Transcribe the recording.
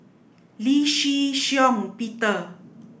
Lee Shih Shiong Peter